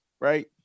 right